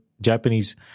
Japanese